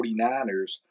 49ers